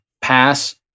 pass